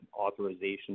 authorization